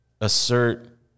assert